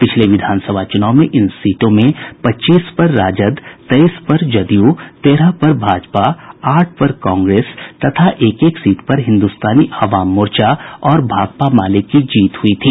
पिछले विधानसभा चुनाव में इन सीटों में पच्चीस पर राजद तेईस पर जदयू तेरह पर भाजपा आठ पर कांग्रेस तथा एक एक सीट पर हिन्द्रस्तानी आवाम मोर्चा और भाकपा माले की जीत हुई थी